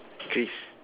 Chris